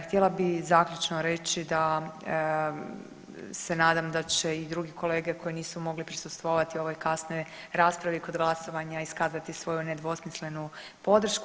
Htjela bih zaključno reći da se nadam da će i drugi kolege koji nisu mogli prisustvovati u ovoj kasnoj raspravi i kod glasovanja iskazati svoju nedvosmislenu podršku.